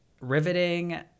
riveting